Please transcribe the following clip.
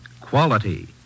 Quality